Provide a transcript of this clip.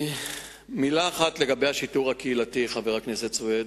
מלה אחת על השיטור הקהילתי, חבר הכנסת סוייד.